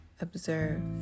observe